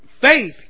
Faith